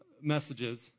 messages